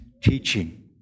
teaching